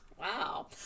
wow